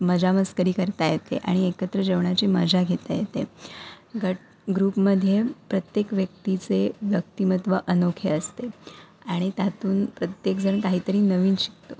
मजामस्करी करता येते आणि एकत्र जेवणाची मजा घेता येते गट ग्रुपमध्ये प्रत्येक व्यक्तीचे व्यक्तिमत्व अनोखे असते आणि त्यातून प्रत्येकजण काहीतरी नवीन शिकतो